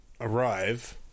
arrive